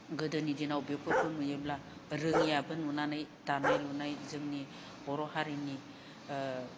गोदोनि दिनाव बेफोरखौ नुयोब्ला रोङियाबो नुनानै दानाय लुनाय जोंनि बर' हारिनि